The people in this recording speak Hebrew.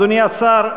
אדוני השר,